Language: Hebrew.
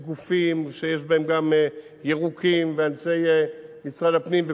יש גופים שיש בהם גם ירוקים ואנשי משרד הפנים,